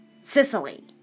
Sicily